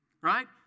right